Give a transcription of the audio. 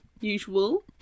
Usual